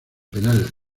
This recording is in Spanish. penal